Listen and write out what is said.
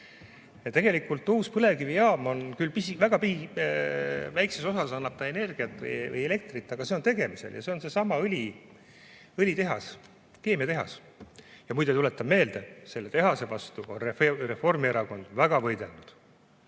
Tegelikult uus põlevkivijaam on tegemisel. Küll väga väikses osas annab ta energiat või elektrit, aga see on tegemisel ja see on seesama õlitehas, keemiatehas. Muide, tuletan meelde, et selle tehase vastu on Reformierakond väga võidelnud.